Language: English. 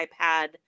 iPad